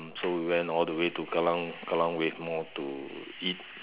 so we went all the way to Kallang Kallang-wave-mall to eat